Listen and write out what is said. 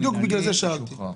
בדיוק בגלל זה שאלתי.